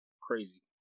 crazy